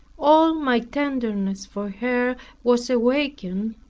all my tenderness for her was awakened,